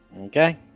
Okay